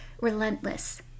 relentless